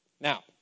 Now